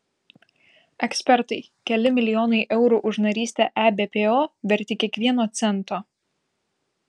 ekspertai keli milijonai eurų už narystę ebpo verti kiekvieno cento